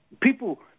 people